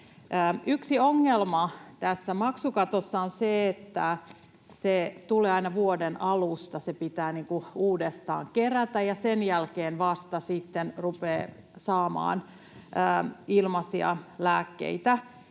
Yksi ongelma tässä maksukatossa on se, että se tulee aina vuoden alusta, se pitää niin kuin uudestaan kerätä, ja sen jälkeen vasta sitten rupeaa saamaan ilmaisia lääkkeitä,